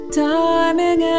timing